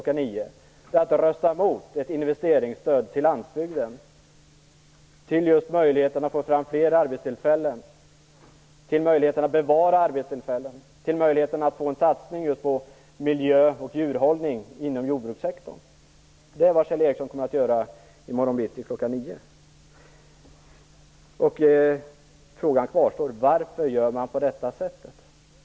9.00 är att rösta mot ett investeringsstöd till landsbygden, att rösta mot möjligheten att få fram fler arbetstillfällen, mot möjligheten att bevara arbetstillfällen och att få till stånd en satsning på miljö och djurhållning inom jordbrukssektorn. Det är vad Kjell Ericsson kommer att göra i morgon bitti kl. 9.00. Frågan kvarstår: Varför gör man på detta sätt?